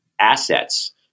assets